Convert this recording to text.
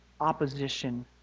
opposition